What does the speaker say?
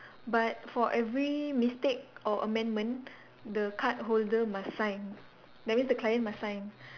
but for every mistake or amendment the card holder must sign that means the client must sign